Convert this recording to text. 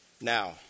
Now